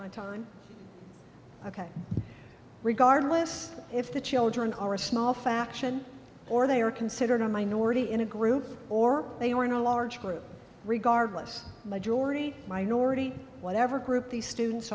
my time ok regardless if the children are a small faction or they are considered a minority in a group or they are in a large group regardless majority minority whatever group these students